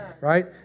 Right